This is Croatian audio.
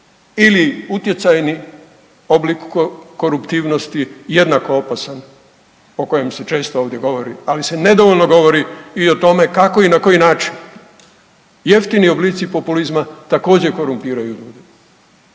ili utjecajni oblik koruptivnosti jednako opasan o kojem se često ovdje govori, ali se nedovoljno govori i o tome kako i na koji način jeftini oblici populizma također korumpiraju.